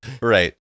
Right